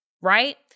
right